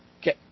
Okay